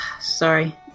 Sorry